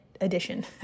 edition